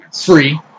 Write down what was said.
Free